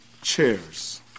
chairs